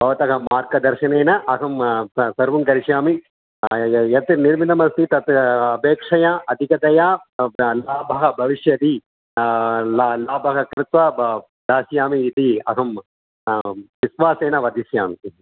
भवतः मार्गदर्शनेन अहं सर्वं करिष्यामि हा हा यत् निर्मितमस्ति तत् अपेक्षया अधिकतया लाभः भविष्यति ला लाभः कृत्वा दास्यामि इति अहं विश्वासेन वदिष्यामि जि